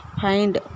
find